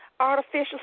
Artificial